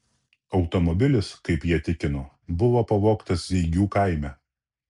automobilis kaip jie tikino buvo pavogtas zeigių kaime